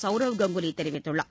சவுரவ் கங்குலி தெரிவித்துள்ளார்